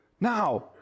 Now